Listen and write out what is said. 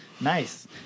Nice